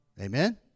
Amen